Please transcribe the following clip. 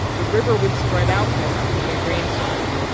the river would spread out more after big rainstorms.